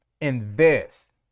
invest